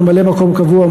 ממלא-מקום קבוע,